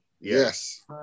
Yes